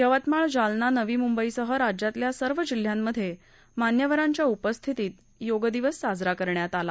यवतमाळ जालना नवी मुंबईसह राज्यातल्या सर्व जिल्ह्यांमधे मान्यवरांच्या उपस्थितीत योग दिन साजरा करण्यात आला